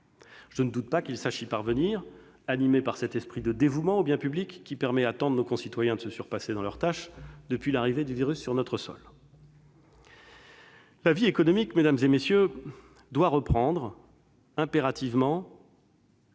Je ne doute pas qu'ils sachent y parvenir, animés par cet esprit de dévouement au bien public qui permet à tant de nos concitoyens de se surpasser dans leur tâche depuis l'arrivée du virus sur notre sol. La vie économique, mesdames, messieurs, doit reprendre impérativement